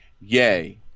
Yay